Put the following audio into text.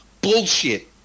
Bullshit